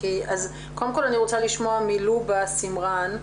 אני מבקשת לשמוע מלובה צימרן,